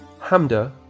Hamda